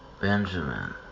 Benjamin